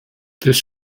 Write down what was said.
this